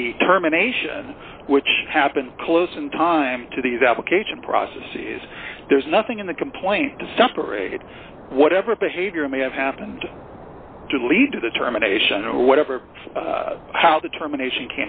the determination which happened close in time to these application process is there's nothing in the complaint to separate it whatever behavior may have happened to lead to the termination or whatever how determination